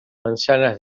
manzanas